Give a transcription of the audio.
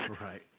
Right